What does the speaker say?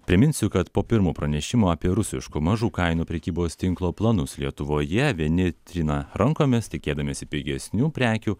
priminsiu kad po pirmo pranešimo apie rusiško mažų kainų prekybos tinklo planus lietuvoje vieni trina rankomis tikėdamiesi pigesnių prekių